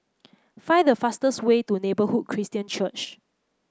find the fastest way to Neighbourhood Christian Church